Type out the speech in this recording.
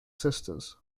sisters